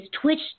twitch